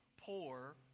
poor